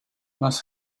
must